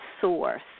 source